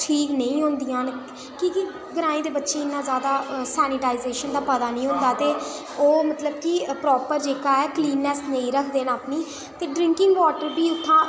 ठीक नेई होंदियां न की के ग्राएं दे बच्चें ई नेईं इन्ना जैदा सैनीटाइजेशन दा पता निं होंदा ते ओह् मतलब की प्रापर जेह्का ऐ क्लीनैस्स नेईं रखदे न अपनी ते ड्ररिंकिंग वाटर बी उत्थूं